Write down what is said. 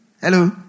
Hello